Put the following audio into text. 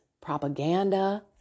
propaganda